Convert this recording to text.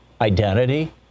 identity